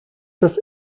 das